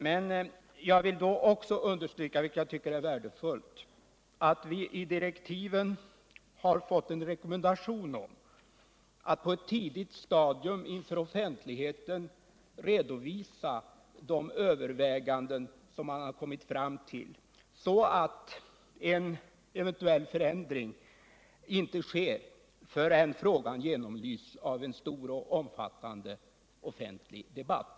Men jag vill understryka, det värdefulla i att vi i direktiven har fått en rekommendation att på ett tidigt stadium inför offentligheten redovisa de överväganden man kommit fram till, så att en eventuell förändring inte sker förrän frågan genomlysts av en omfattande offentlig debatt.